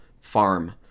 farm